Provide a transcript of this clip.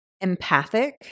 empathic